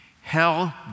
Hell